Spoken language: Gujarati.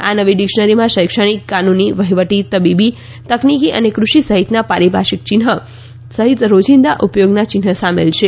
આ નવી ડિક્શનરીમાં શૈક્ષણિક કાનૂની વહીવટી તબીબી તકનીકી અને કૃષિ સહિતના પારિભાષિક ચિ ન્હ સહિત રોજિંદા ઉપયોગના ચિ ન્હ સામેલ છે